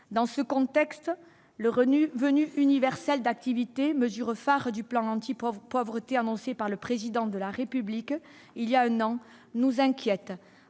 dans ce contexte, le revenu revenu universel d'activité, mesure phare du plan anti-profs pauvreté annoncée par le président de la République, il y a un an, nous inquiète